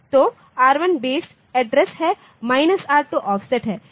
तो R1 base address है R 2 offset है